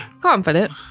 confident